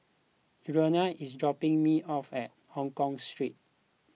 Julianne is dropping me off at Hongkong Street